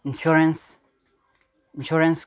insurance insurance